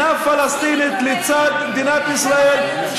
מדינה פלסטינית לצד מדינת ישראל,